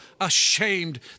ashamed